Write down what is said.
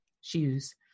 shoes